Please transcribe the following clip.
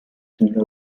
signore